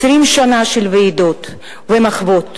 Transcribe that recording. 20 שנה של ועידות ומחוות,